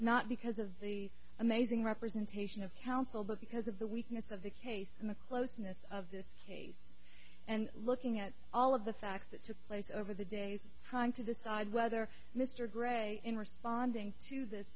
not because of the amazing representation of counsel but because of the weakness of the case and the closeness of this case and looking at all of the facts that took place over the days trying to decide whether mr gray in responding to this